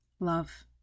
Love